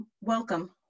welcome